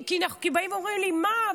באים ואומרים לי: מה,